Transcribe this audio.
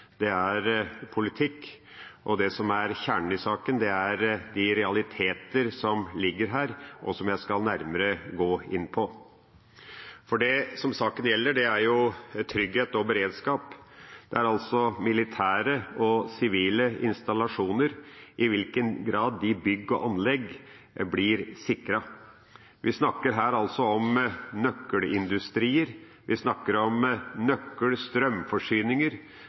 det er politikk. Det som er kjernen i saken, er de realiteter som ligger her, og som jeg skal gå nærmere inn på. Det saken gjelder, er trygghet og beredskap, det er altså militære og sivile installasjoner, i hvilken grad bygg og anlegg blir sikret. Vi snakker her om nøkkelindustrier, vi snakker om